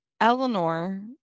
Eleanor